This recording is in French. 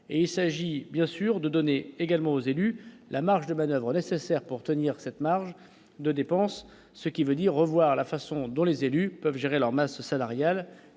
et il s'agit bien sûr de donner également aux élus, la marge de manoeuvre nécessaire pour tenir cette marge de dépenses, ce qui veut dire revoir la façon dont les élus peuvent gérer leur masse salariale